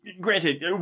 granted